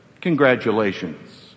congratulations